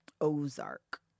Ozark